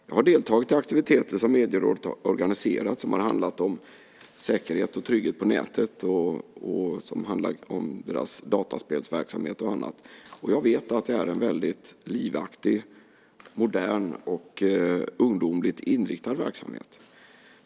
Jag har deltagit i aktiviteter som Medierådet har organiserat som har handlat om säkerhet och trygghet på nätet, om deras dataspelsverksamhet och annat. Jag vet att det är en väldigt livaktig, modern och ungdomligt inriktad verksamhet.